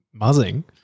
Muzzing